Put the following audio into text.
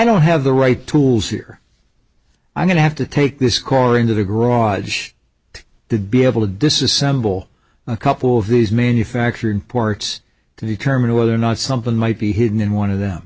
don't have the right tools here i'm going to have to take this car into the garage to be able to disassemble a couple of these manufactured parts to determine whether or not something might be hidden in one of them